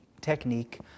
technique